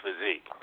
physique